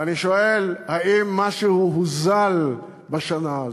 ואני שואל: האם משהו הוזל בשנה הזאת?